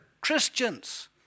Christians